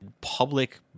public